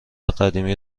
قدیمی